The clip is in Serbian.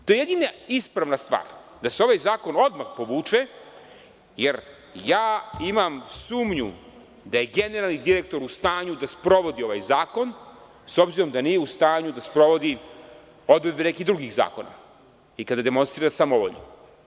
To je jedina ispravna stvar da se ovaj zakon odmah povuče, jer ja imam sumnju da je generalni direktor u stanju da sprovodi ovaj zakon, s obzirom da nije u stanju da sprovodi odredbe nekih drugih zakona i kada demonstrira samovolju.